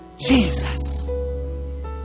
Jesus